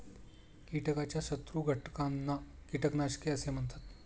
कीटकाच्या शत्रू घटकांना कीटकनाशके असे म्हणतात